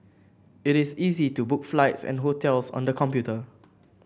it is easy to book flights and hotels on the computer